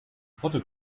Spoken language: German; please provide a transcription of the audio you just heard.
potte